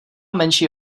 menší